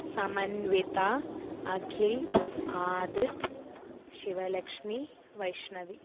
समन्विता अखिल् आदित्यः शिवलक्ष्मी वैष्णवी